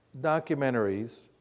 documentaries